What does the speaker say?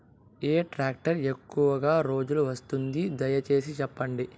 ఏ tractor ఎక్కువగా రోజులు వస్తుంది, దయసేసి చెప్పండి?